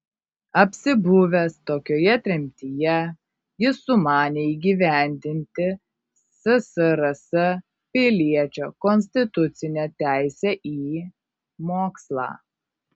apsibuvęs tokioje tremtyje jis sumanė įgyvendinti ssrs piliečio konstitucinę teisę į mokslą